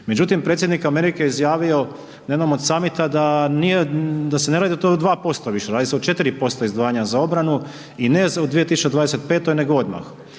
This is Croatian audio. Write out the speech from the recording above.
Međutim, predsjednik Amerike je izjavio na jednom od summita da nije, da se ne radi o 2% više, radi se o 4% izdvajanja za obranu i ne u 2025. nego odmah.